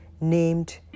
named